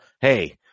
hey